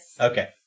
Okay